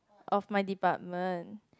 of my department